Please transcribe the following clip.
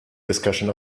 discussion